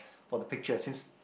for the picture since